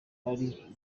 ari